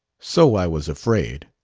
so i was afraid.